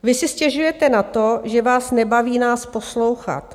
Vy si stěžujete na to, že vás nebaví nás poslouchat?